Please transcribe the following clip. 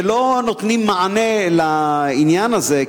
לא נותנים מענה לעניין הזה,